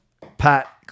Pat